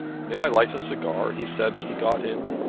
may i light a cigar? he said as he got in.